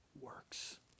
works